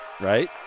right